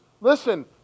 Listen